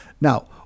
Now